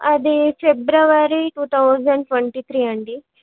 అదీ February two thousand twenty three అండి